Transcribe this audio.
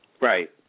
Right